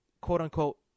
quote-unquote